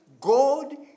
God